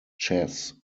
chess